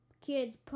kids